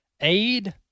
aid